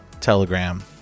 Telegram